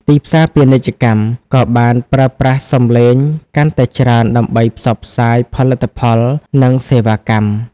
ទីផ្សារពាណិជ្ជកម្ម ក៏បានប្រើប្រាស់សំឡេងកាន់តែច្រើនដើម្បីផ្សព្វផ្សាយផលិតផល និងសេវាកម្ម។